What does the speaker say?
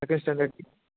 second స్టాండర్డ్కి